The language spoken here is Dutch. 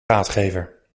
raadgever